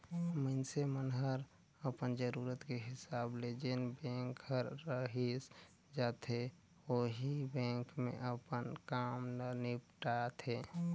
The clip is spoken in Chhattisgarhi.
मइनसे मन हर अपन जरूरत के हिसाब ले जेन बेंक हर रइस जाथे ओही बेंक मे अपन काम ल निपटाथें